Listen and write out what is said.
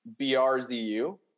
BRZU